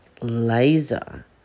laser